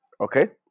okay